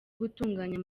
gutunganya